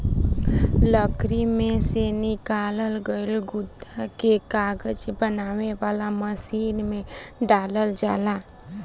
लकड़ी में से निकालल गईल गुदा के कागज बनावे वाला मशीन में डालल जाला